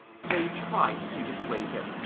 they tried to dissuade him,